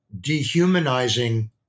dehumanizing